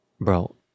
Bro